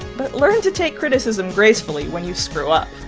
but learn to take criticism gracefully when you screw up.